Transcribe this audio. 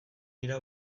dira